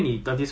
um